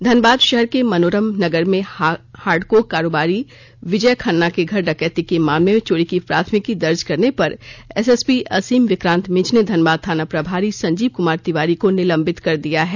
धनबाद शहर के मनोरम नगर में हार्डकोक कारोबारी विजय खन्ना के घर डकैती के मामले में चोरी की प्राथमिकी दर्ज करने पर एसएसपी असीम विक्रांत मिंज ने धनबाद थाना प्रभारी संजीव कुमार तिवारी को निलंबित कर दिया है